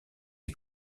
est